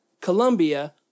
Colombia